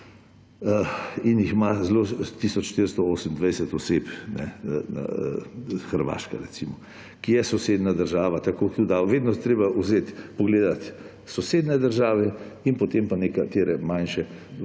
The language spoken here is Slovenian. In ima tisoč 428 oseb Hrvaška, recimo, ki je sosednja država. Tako je vedno treba vzeti, pogledati sosednje države in potem pa nekatere manjše v